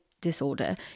Disorder